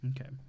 Okay